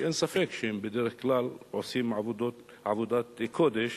שאין ספק שהם בדרך כלל עושים עבודת קודש,